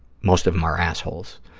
most of them are assholes.